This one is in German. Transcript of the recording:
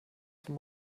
zum